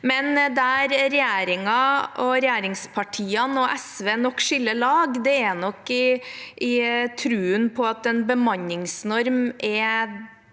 men der regjeringen og regjeringspartiene og SV skiller lag, er i troen på at en bemanningsnorm er